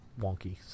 wonky